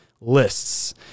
lists